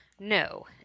no